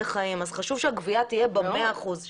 חיים ולכן חשוב שיהיו מאה אחוז גבייה.